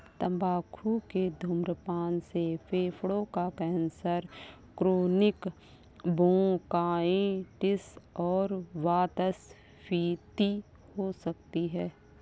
तंबाकू के धूम्रपान से फेफड़ों का कैंसर, क्रोनिक ब्रोंकाइटिस और वातस्फीति हो सकती है